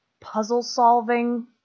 puzzle-solving